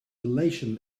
elation